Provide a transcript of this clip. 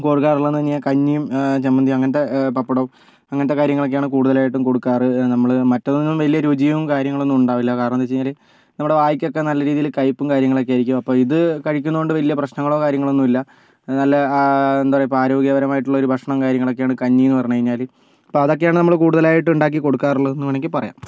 കൊടുക്കാറുള്ളതെന്ന് പറഞ്ഞാൽ കഞ്ഞിയും ചമ്മന്തിയും അങ്ങനത്തെ പപ്പടം അങ്ങനത്തെ കാര്യങ്ങളൊക്കെ കൂടുതലായിട്ടും കൊടുക്കാറ് നമ്മള് മറ്റതൊന്നും വലിയ രുചിയും കാര്യങ്ങളൊന്നും ഉണ്ടാവില്ല കാരണെന്തെന്ന് വെച്ച് കഴിഞ്ഞാല് നമ്മുടെ വായിക്കൊക്കെ നല്ല രീതിയില് കൈപ്പും കാര്യങ്ങളൊക്കെ ആയിരിക്കും അപ്പോൾ ഇത് കഴിക്കുന്ന കൊണ്ട് വലിയ പ്രശ്നങ്ങളോ കാര്യങ്ങളൊന്നു ഇല്ല നല്ല എന്താ പറയുക ആരോഗ്യപരമായിട്ടുള്ള ഓർ ഭക്ഷണം കാര്യങ്ങളൊക്കെയാണ് കഞ്ഞിയെന്ന് പറഞ്ഞു കഴിഞ്ഞാല് അപ്പോൾ അതൊക്കെയാണ് നമ്മളു കൂടുതലായിട്ട് ഉണ്ടാക്കി കൊടുക്കാറുള്ളത് എന്ന് വേണെങ്കിൽ പറയാം